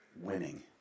winning